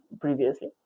previously